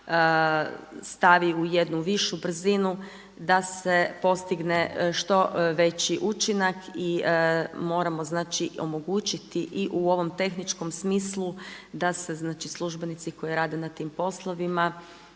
stavi u jednu višu brzinu, da se postigne što veći učinak i moramo znači omogućiti i u ovom tehničkom smislu, da se znači službenici koji rade na tim poslovima